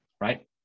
right